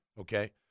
Okay